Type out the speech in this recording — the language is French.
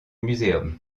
muséum